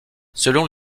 selon